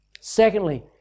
Secondly